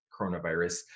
coronavirus